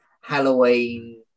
Halloween